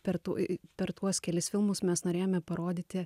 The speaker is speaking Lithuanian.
per tuo per tuos kelis filmus mes norėjome parodyti